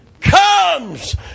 comes